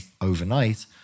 overnight